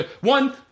One